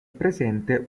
presente